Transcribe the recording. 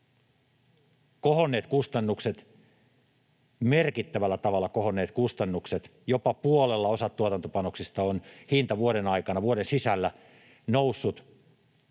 merkittävällä tavalla kohonneet kustannukset, jopa puolella osassa tuotantopanoksista on hinta vuoden aikana, vuoden sisällä, noussut,